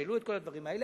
שהעלו את כל הדברים האלה,